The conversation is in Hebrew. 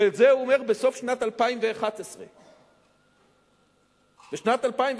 ואת זה הוא אומר בסוף שנת 2011. בשנת 2011,